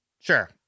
sure